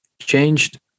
changed